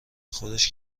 خودش